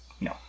No